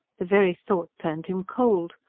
the very thought turned him cold.